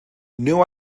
new